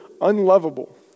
unlovable